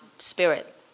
spirit